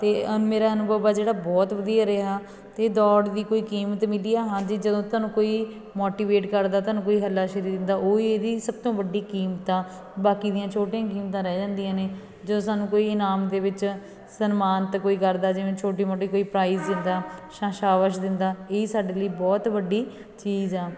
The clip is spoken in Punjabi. ਅਤੇ ਅ ਮੇਰਾ ਅਨੁਭਵ ਆ ਜਿਹੜਾ ਬਹੁਤ ਵਧੀਆ ਰਿਹਾ ਅਤੇ ਦੌੜ ਦੀ ਕੋਈ ਕੀਮਤ ਮਿਲਦੀ ਹਾਂ ਹਾਂਜੀ ਜਦੋਂ ਤੁਹਾਨੂੰ ਕੋਈ ਮੋਟੀਵੇਟ ਕਰਦਾ ਤੁਹਾਨੂੰ ਕੋਈ ਹੱਲਾਸ਼ੇਰੀ ਦਿੰਦਾ ਉਹ ਇਹਦੀ ਸਭ ਤੋਂ ਵੱਡੀ ਕੀਮਤ ਆ ਬਾਕੀ ਦੀਆਂ ਛੋਟੀਆਂ ਕੀਮਤਾਂ ਰਹਿ ਜਾਂਦੀਆਂ ਨੇ ਜਦੋਂ ਸਾਨੂੰ ਕੋਈ ਇਨਾਮ ਦੇ ਵਿੱਚ ਸਨਮਾਨਿਤ ਕੋਈ ਕਰਦਾ ਜਿਵੇਂ ਛੋਟੀ ਮੋਟੀ ਕੋਈ ਪ੍ਰਾਈਜ਼ ਸ਼ਾ ਸ਼ਾਬਾਸ਼ ਦਿੰਦਾ ਇਹੀ ਸਾਡੇ ਲਈ ਬਹੁਤ ਵੱਡੀ ਚੀਜ਼ ਆ